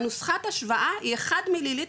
נוסחת ההשוואה היא 1 מיליליטר,